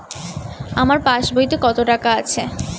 আমার পাস বইতে কত টাকা আছে?